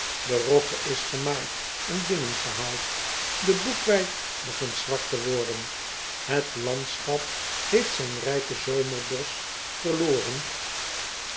e rogge is gemaaid en binnengehaald de boekweit begint zwart te worden et landschap heeft zijn rijken zomerdosch verloren